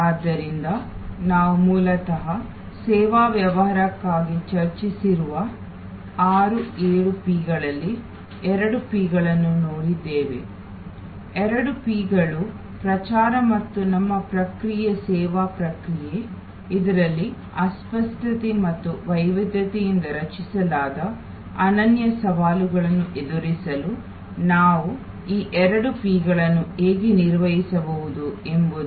ಆದ್ದರಿಂದ ನಾವು ಮೂಲತಃ ಸೇವಾ ವ್ಯವಹಾರಕ್ಕಾಗಿ ಚರ್ಚಿಸಿರುವ 6 7 Pಗಳಲ್ಲಿ ಎರಡು Pಗಳನ್ನು ನೋಡಿದ್ದೇವೆ ಎರಡು P ಗಳು ಪ್ರಚಾರ ಮತ್ತು ನಮ್ಮ ಪ್ರಕ್ರಿಯೆ ಸೇವಾ ಪ್ರಕ್ರಿಯೆ ಇದರಲ್ಲಿ ಅಸ್ಪಷ್ಟತೆ ಮತ್ತು ವೈವಿದ್ಯತೆಯಿಂದ ರಚಿಸಲಾದ ಅನನ್ಯ ಸವಾಲುಗಳನ್ನು ಎದುರಿಸಲು ನಾವು ಈ ಎರಡು Pಗಳನ್ನು ಹೇಗೆ ನಿರ್ವಹಿಸಬಹುದು ಎಂಬುದು